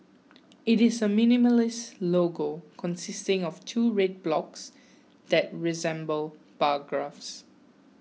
it is a minimalist logo consisting of two red blocks that resemble bar graphs